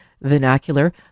vernacular